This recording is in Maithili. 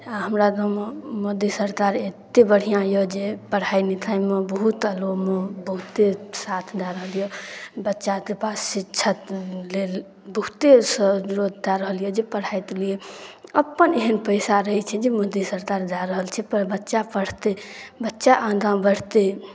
आओर हमरा गाममे मोदी सरकार एतेक बढ़िआँ अइ जे पढ़ाइ लिखाइमे बहुत गाममे बहुते साथ दऽ रहल अइ बच्चाके पास शिक्षा लेल बहुते सहूलिअत दऽ रहल अइ जे पढ़ाइके लिए अपन एहन पइसा रहै छै जे मोदी सरकार दऽ रहल छै बच्चा पढ़तै बच्चा आगाँ बढ़तै